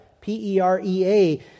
P-E-R-E-A